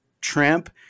Tramp